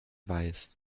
weiß